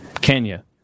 Kenya